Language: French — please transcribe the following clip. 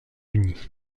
unis